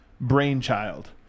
brainchild